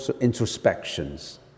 introspections